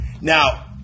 Now